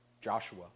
Joshua